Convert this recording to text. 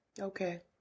Okay